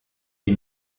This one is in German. die